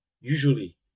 Usually